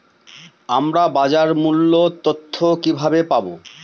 আমরা বাজার মূল্য তথ্য কিবাবে পাবো?